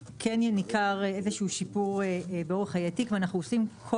ניכר איזשהו שיפור באורך חיי תיק, ואנחנו עושים כל